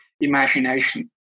imagination